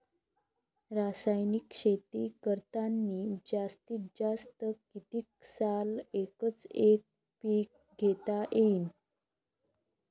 रासायनिक शेती करतांनी जास्तीत जास्त कितीक साल एकच एक पीक घेता येईन?